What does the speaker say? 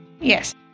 Yes